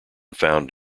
found